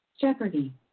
Jeopardy